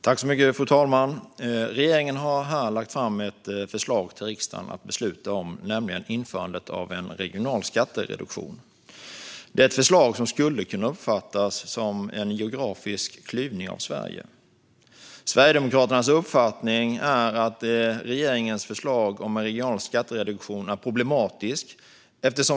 Fru talman! Regeringen har här lagt fram ett förslag till riksdagen att besluta om, nämligen införandet av en regional skattereduktion. Det är ett förslag som skulle kunna uppfattas som en geografisk klyvning av Sverige. Sverigedemokraternas uppfattning är att regeringens förslag om en regional skattereduktion är problematiskt.